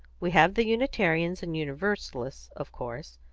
we have the unitarians and universalists, of course.